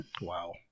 Wow